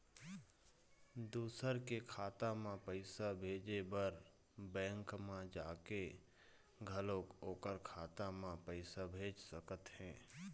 दूसर के खाता म पइसा भेजे बर बेंक म जाके घलोक ओखर खाता म पइसा भेज सकत हे